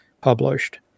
published